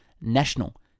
national